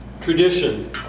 tradition